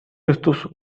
estos